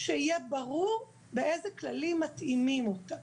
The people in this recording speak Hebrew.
שיהיה ברור באילו כללים מתאימים אותה.